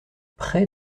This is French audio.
près